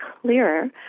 clearer